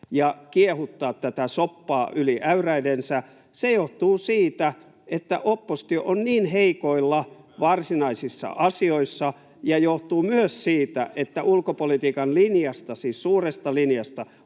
ja kiehuttaa tätä soppaa yli äyräidensä, johtuu siitä, että oppositio on niin heikoilla varsinaisissa asioissa, [Veronika Honkasalon välihuuto] ja myös siitä, että ulkopolitiikan linjasta, siis suuresta linjasta,